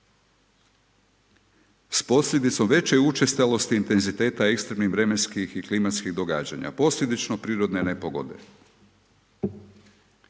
s posljedicom veće učestalosti, intenziteta, eksternih, vremenskih i klimatskih odgađanja, posljedično prirodne nepogode.